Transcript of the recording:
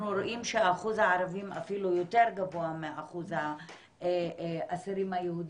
רואים שאחוז הערבים הוא אפילו יותר גבוה מאחוז האסירים היהודים.